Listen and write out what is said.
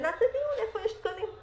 ונקיים דיון איפה יש תקנים.